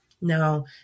Now